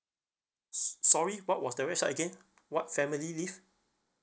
s~ sorry what was the rest I get what family leave